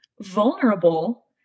vulnerable